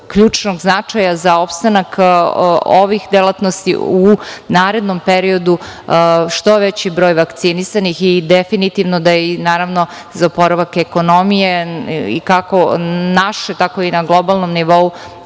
za opstanak ovih delatnosti u narednom periodu što veći broj vakcinisanih. Definitivno da je i naravno za oporavak ekonomije, kako naše, tako i na globalnom nivou